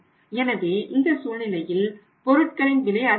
எனவே இந்த சூழ்நிலையில் பொருட்களின் விலை அதிகரிக்கும்